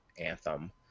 anthem